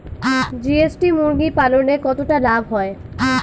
GST মুরগি পালনে কতটা লাভ হয়?